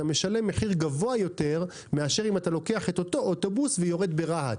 משלם מחיר גבוה יותר מאשר אם אתה לוקח את אותו אוטובוס ויורד ברהט.